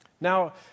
Now